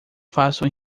faço